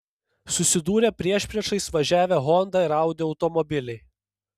susidūrė priešpriešiais važiavę honda ir audi automobiliai